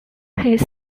his